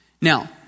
Now